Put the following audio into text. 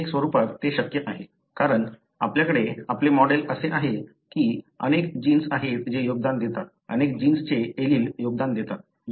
polygenic स्वरूपात ते शक्य आहे कारण आपल्याकडे आपले मॉडेल असे आहे की अनेक जीन्स आहेत जे योगदान देतात अनेक जीन्सचे एलील योगदान देतात